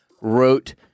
wrote